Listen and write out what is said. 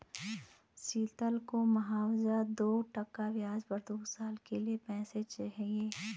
शीतल को महज दो टका ब्याज पर दो साल के लिए पैसे चाहिए